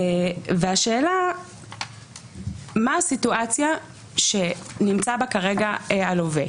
והשאלה מה הסיטואציה שנמצא בה כרגע הלווה.